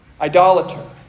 idolater